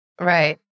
Right